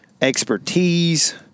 expertise